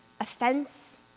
offense